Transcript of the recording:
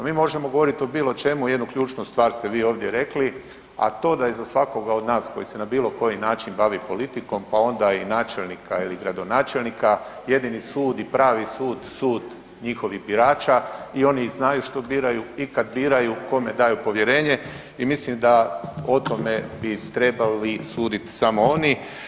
Mi možemo govoriti o bilo čemu jednu ključnu stvar ste vi ovdje rekli, a to da iza svakoga od nas koji se na bilo koji način bavi politikom pa onda i načelnika ili gradonačelnika jedini sud i pravi sud je sud njihovih birača i oni znaju što biraju i kad biraju kome daju povjerenje i mislim da o tome bi trebali suditi samo oni.